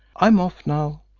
i'm off now.